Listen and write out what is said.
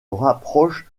rapproche